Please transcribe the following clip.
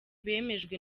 bemejwe